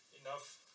enough